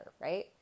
right